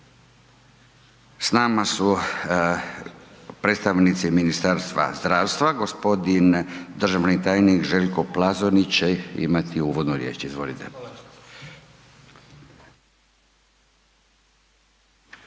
S nama su predstavnici Ministarstva zdravstva, g. državni tajnik Željko Plazonić će imati uvodnu riječ, izvolite.